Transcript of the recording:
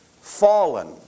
Fallen